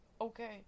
okay